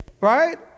right